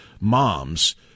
moms